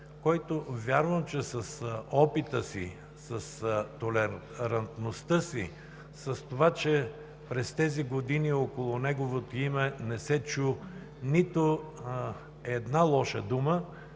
който вярвам, че с опита си, с толерантността си, с това, че през тези години около неговото име не се чу нито една лоша дума,